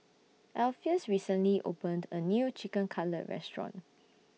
Alpheus recently opened A New Chicken Cutlet Restaurant